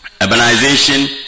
Urbanization